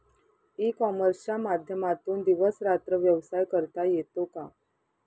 E कॉमर्सच्या माध्यमातून दिवस रात्र व्यवसाय करता येतो का?